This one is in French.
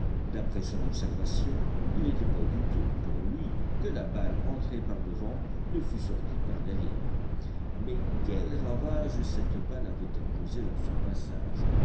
d'après son observation il n'était pas douteux pour lui que la balle entrée par devant ne fût sortie par derrière mais quels ravages cette balle avait-elle causés dans son passage